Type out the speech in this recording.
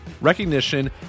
recognition